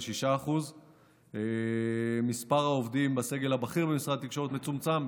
6%. מספר העובדים בסגל הבכיר במשרד התקשורת מצומצם,